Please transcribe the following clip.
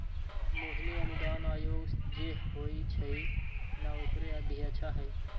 मोहिनी अनुदान आयोग जे होई छई न ओकरे अध्यक्षा हई